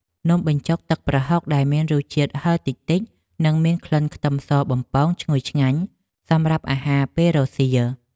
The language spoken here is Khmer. នំបញ្ចុកទឹកប្រហុកដែលមានរសជាតិហឹរតិចៗនិងមានក្លិនខ្ទឹមសបំពងឈ្ងុយឆ្ងាញ់សម្រាប់អាហារពេលរសៀល។